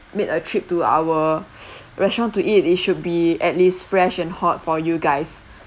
made a trip to our restaurant to eat it should be at least fresh and hot for you guys